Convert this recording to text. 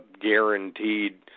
guaranteed